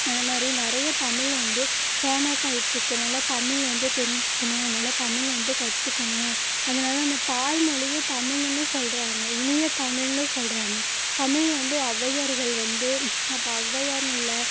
அந்த மாதிரி நிறைய தமிழ் வந்து ஃபேமஸ் ஆயிட்ருக்கனால் தமிழ் வந்து தெரிஞ்சுக்கணும் நல்லா தமிழ் வந்து கற்றுக்கணும் அதனால் அந்த தாய் மொழியே தமிழ்ன்னு சொல்கிறாங்க இனிய தமிழ்ன்னு சொல்கிறாங்க தமிழ் வந்து ஒளவையார்கள் வந்து அப்போ ஒளவையார்னு இல்லை